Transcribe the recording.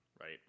right